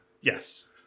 Yes